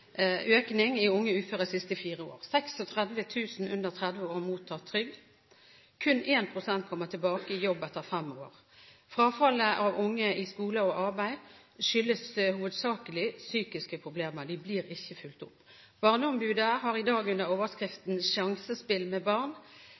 30 år har mottatt trygd, kun 1 pst. kommer tilbake i jobb etter fem år. Frafallet av unge i skole og arbeid skyldes hovedsakelig psykiske problemer, de blir ikke fulgt opp. Barneombudet har i dag under